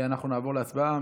אנחנו נעבור להצבעה.